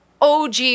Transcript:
OG